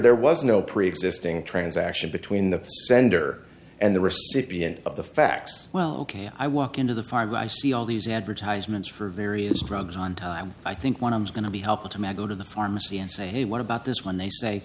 there was no preexisting transaction between the sender and the recipient of the facts well ok i walk into the five i see all these advertisements for various drugs on time i think when i'm going to be helpful to magaw to the pharmacy and say hey what about this when they say